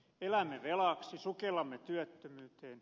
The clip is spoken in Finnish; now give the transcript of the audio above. elämme velaksi sukellamme työttömyyteen